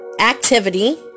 activity